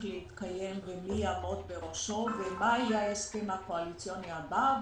להתקיים ומי יעמוד בראשו ומה יהיה ההסכם הקואליציוני הבא,